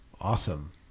Awesome